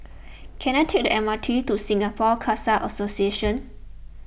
can I take the M R T to Singapore Khalsa Association